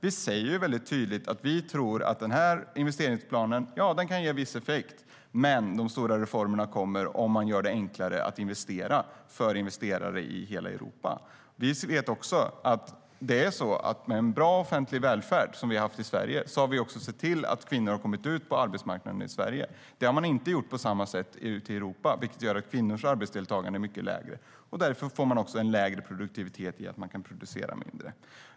Vi säger väldigt tydligt att vi tror att den här investeringsplanen kan ge en viss effekt, men de stora reformerna kommer om det blir enklare att investera för investerare i hela Europa. Vi vet också att med en sådan bra offentlig välfärd som vi har haft i Sverige har kvinnorna kommit ut på arbetsmarknaden. Det har man inte sett till på samma sätt ute i Europa, vilket gör att kvinnors arbetskraftsdeltagande är mycket lägre. Därför får man en lägre produktivitet genom att man kan producera mindre.